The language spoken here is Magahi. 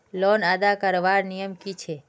लोन अदा करवार नियम की छे?